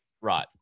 right